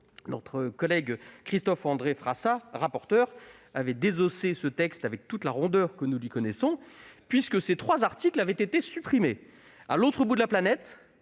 Notre collègue Christophe-André Frassa, alors rapporteur, avait désossé ce texte avec toute la rondeur que nous lui connaissons, ses trois articles ayant été supprimés. Mais à l'autre bout de la planète,